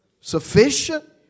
sufficient